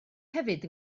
hefyd